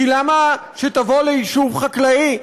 כי למה שתבוא ליישוב חקלאי,